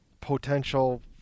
potential